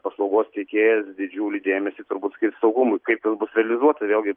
paslaugos tiekėjas didžiulį dėmesį turbūt skirs saugumui kaip jis bus realizuota vėl gi